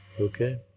okay